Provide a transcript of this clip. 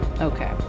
okay